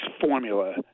formula